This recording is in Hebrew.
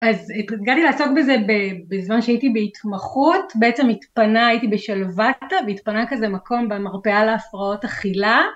אז הגעתי לעסוק בזה בזמן שהייתי בהתמחות, בעצם התפנה הייתי בשלוותה, והתפנה כזה מקום במרפאה להפרעות אכילה